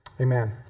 Amen